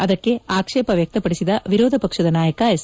ಅದಕ್ಕೆ ಆಕ್ಷೇಪ ವ್ಯಕ್ತಪದಿಸಿದ ವಿರೋಧ ಪಕ್ಷದ ನಾಯಕ ಎಸ್